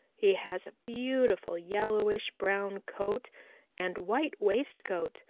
he has a beautiful yellowish-brown coat and white waistcoat,